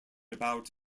about